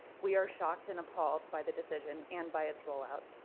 we are shocked and appalled by the decision and by its rollout.